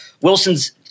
Wilson's